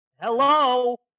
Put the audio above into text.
Hello